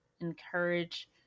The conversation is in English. encourage